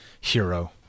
hero